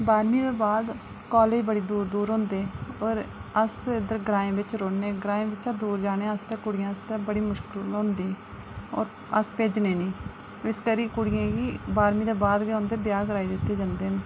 बाह्रमीं दे बाद कालेज बड़ी दूर दूर होंंदे पर अस इद्धर ग्राएं बिच रौंह्ने ग्राएं बिचा दूर जाने आस्तै कुड़ियें आस्तै बड़ी मुश्कल होंदी और अस भेजने निं इस करी कुड़ियें ई बाह्रमीं दे बाद गै उंदे ब्याह् कराई उड़ने